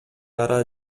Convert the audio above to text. ара